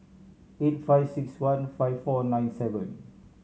eight five six one five four nine seven